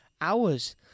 hours